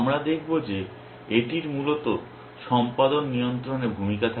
আমরা দেখব যে এটির মূলত সম্পাদন নিয়ন্ত্রণে ভূমিকা থাকে